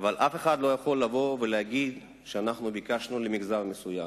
אבל אף אחד לא יכול לבוא ולהגיד שאנחנו ביקשנו למגזר מסוים.